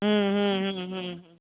ಹ್ಞೂ ಹ್ಞೂ ಹ್ಞೂ ಹ್ಞೂ ಹ್ಞೂ